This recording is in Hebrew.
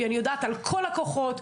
אני יודעת על כל הכוחות,